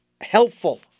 helpful